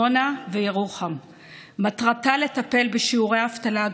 אה, זה החלק הטוב בך.